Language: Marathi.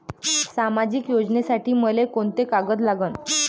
सामाजिक योजनेसाठी मले कोंते कागद लागन?